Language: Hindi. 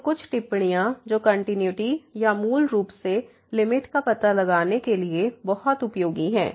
तो कुछ टिप्पणियां जो कंटिन्यूटी या मूल रूप से लिमिट का पता लगाने के लिए बहुत उपयोगी हैं